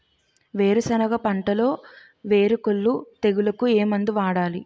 వేరుసెనగ పంటలో వేరుకుళ్ళు తెగులుకు ఏ మందు వాడాలి?